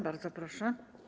Bardzo proszę.